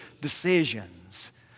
decisions